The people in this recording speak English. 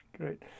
great